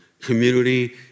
community